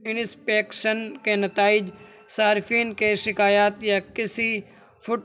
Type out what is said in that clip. inspection کے نتائج صارفین کے شکایات یا کسی فٹ